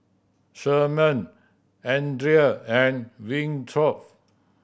Sherman Andria and Winthrop